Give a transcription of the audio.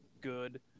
good